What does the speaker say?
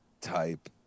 type